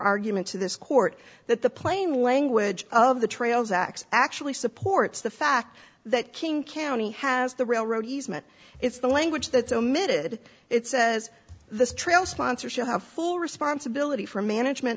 argument to this court that the plain language of the trails act actually supports the fact that king county has the railroad easement it's the language that's omitted it says this trail sponsership have full responsibility for management